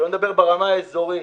שלא נדבר ברמה אזורית,